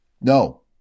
No